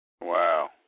Wow